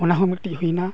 ᱚᱱᱟᱦᱚᱸ ᱢᱤᱫᱴᱤᱡ ᱦᱩᱭᱮᱱᱟ